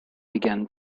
began